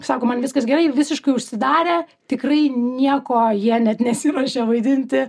sako man viskas gerai visiškai užsidarę tikrai nieko jie net nesiruošia vaidinti